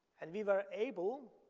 and we were able,